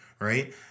right